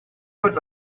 would